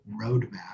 roadmap